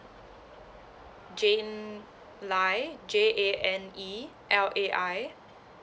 jane lai J A N E L A I